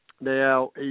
Now